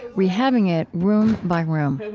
rehabbing it room by room.